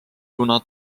kuna